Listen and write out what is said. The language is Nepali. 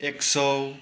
एक सय